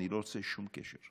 אני לא רוצה שום קשר.